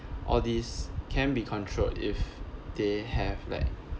all these can be controlled if they have like